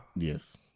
Yes